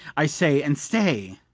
i say, and stay.